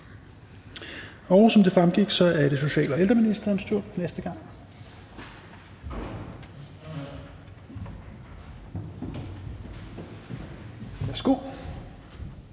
Som det fremgik, er det social- og ældreministerens tur. Værsgo.